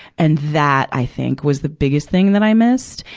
and that, i think, was the biggest thing that i missed.